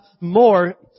more